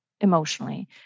emotionally